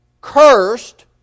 cursed